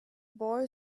boy